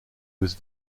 was